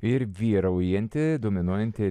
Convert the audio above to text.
ir vyraujanti dominuojanti